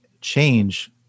change